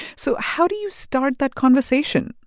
so how do you start that conversation?